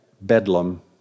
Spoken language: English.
bedlam